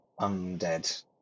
undead